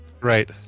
right